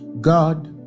God